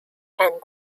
and